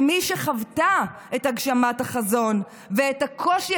כמי שחוותה את הגשמת החזון ואת הקושי